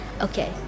Okay